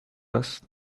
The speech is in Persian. است